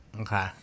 Okay